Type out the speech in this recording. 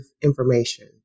information